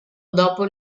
dopo